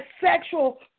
sexual